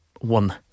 One